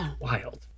wild